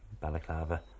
balaclava